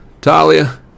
talia